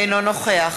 אינו נוכח